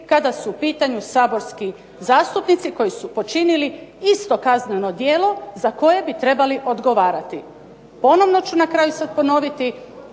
kada su u pitanju saborski zastupnici koji su počinili isto kazneno djelo za koje bi trebali odgovarati. Ponovno ću na kraju sad ponoviti.